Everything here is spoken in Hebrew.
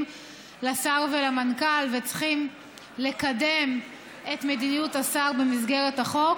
לשר ולמנכ"ל וצריכים לקדם את מדיניות השר במסגרת החוק,